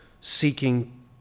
seeking